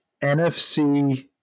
NFC